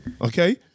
Okay